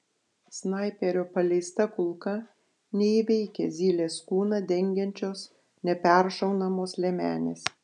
snaiperio paleista kulka neįveikia zylės kūną dengiančios neperšaunamos liemenės